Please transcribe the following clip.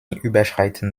überschreiten